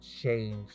change